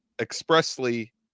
expressly